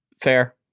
Fair